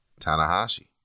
Tanahashi